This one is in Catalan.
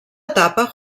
etapa